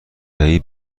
دهی